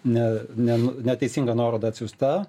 ne ne neteisinga nuoroda atsiųsta